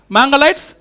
Mangalites